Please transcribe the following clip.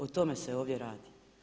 O tome se ovdje radi.